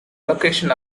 location